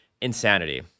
insanity